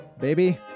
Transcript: Baby